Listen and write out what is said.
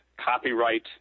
copyright